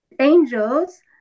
Angels